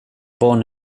born